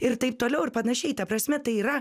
ir taip toliau ir panašiai ta prasme tai yra